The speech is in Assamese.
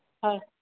হয়